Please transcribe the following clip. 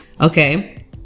okay